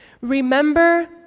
Remember